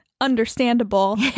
understandable